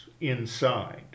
inside